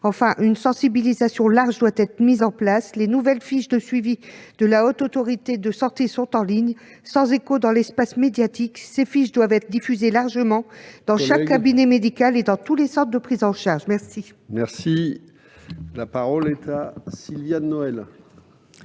Enfin, une sensibilisation large doit être réalisée. Les nouvelles fiches de suivi de la Haute Autorité de santé sont en ligne, sans écho dans l'espace médiatique. Ces fiches doivent être diffusées largement, dans chaque cabinet médical, et dans tous les centres de prise en charge. La parole est à Mme Sylviane Noël,